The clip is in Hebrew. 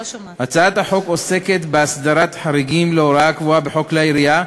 הצעת החוק עוסקת בהסדרת חריגים להוראה הקבועה בחוק כלי הירייה,